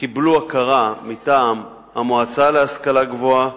קיבלו הכרה מטעם המועצה להשכלה גבוהה,